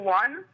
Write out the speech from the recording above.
one